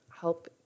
help